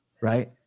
right